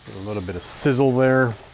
a little bit of sizzle there.